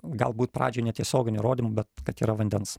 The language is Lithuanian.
galbūt pradžioj netiesioginių įrodymų bet kad yra vandens